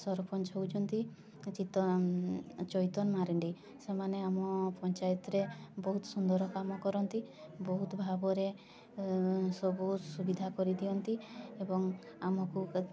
ସରପଞ୍ଚ ହେଉଛନ୍ତି ଚିତ୍ତ ଚୈତନ୍ ମାରାଣ୍ଡି ସେମାନେ ଆମ ପଞ୍ଚାୟତରେ ବହୁତ ସୁନ୍ଦର କାମ କରନ୍ତି ବହୁତ ଭାବରେ ସବୁ ସୁବିଧା କରିଦିଅନ୍ତି ଏବଂ ଆମକୁ